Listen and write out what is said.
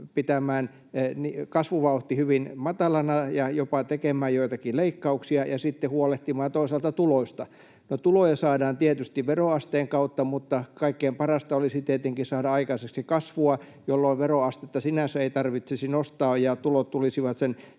menojen kasvuvauhti hyvin matalana ja jopa tekemään joitakin leikkauksia ja sitten huolehtimaan toisaalta tuloista. Tuloja saadaan tietysti veroasteen kautta, mutta kaikkein parasta olisi tietenkin saada aikaiseksi kasvua, jolloin veroastetta sinänsä ei tarvitsisi nostaa ja tulot tulisivat sen